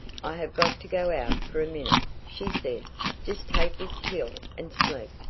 i have got to go out for a minute, she said just take this pill and sleep.